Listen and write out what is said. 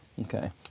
Okay